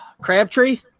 Crabtree